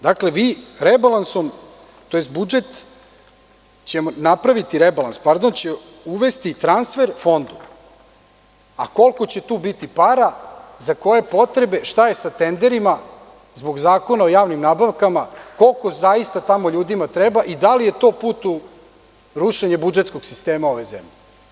Dakle, rebalans će uvesti transfer fondu, a koliko će tu biti para, za koje potrebe, šta je sa tenderima zbog Zakona o javnim nabavkama i koliko zaista tamo ljudima treba i da li je to put u rešenje budžetskog sistema ove zemlje?